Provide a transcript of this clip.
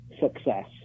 success